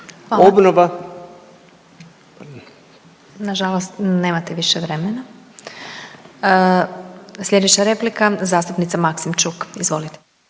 (SDP)** Na žalost nemate više vremena. Sljedeća replika zastupnica Maksimčuk, izvolite.